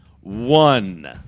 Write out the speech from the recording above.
one